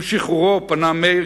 עם שחרורו פנה מאיר,